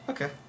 Okay